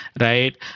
right